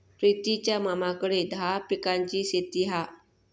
प्रितीच्या मामाकडे दहा पिकांची शेती हा